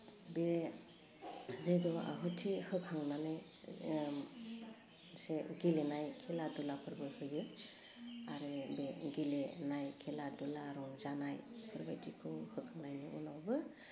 बे जय्ग' आहुति होखांनानै एसे गेलेनाय खेला दुलाफोरबो होयो आरो बे गेलेनाय खेला दुला रंजानाय बेफोर बायदिखौ होखांनायनि उनावबो